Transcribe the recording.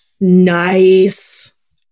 Nice